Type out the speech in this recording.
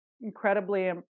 incredibly